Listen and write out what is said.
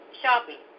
shopping